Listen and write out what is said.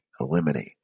eliminate